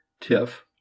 Tiff